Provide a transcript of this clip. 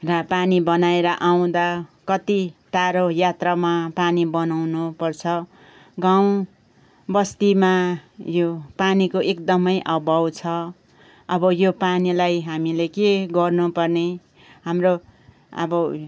र पानी बनाएर आउँदा कति टाढो यात्रामा पानी बनाउनुपर्छ गाउँबस्तीमा यो पानीको एकदमै अभाव छ अब यो पानीलाई हामीले के गर्नुपर्ने हाम्रो अब